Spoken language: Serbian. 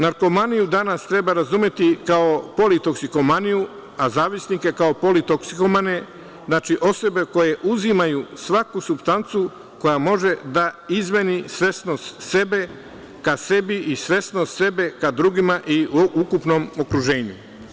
Narkomaniju danas treba razumeti kao politoksikomaniju, a zavisnike kao politoksikomane, znači osobe koje uzimaju svaku supstancu koja može da izmeni svesno sebe ka sebi i svesnost sebe ka drugima u ukupnom okruženju.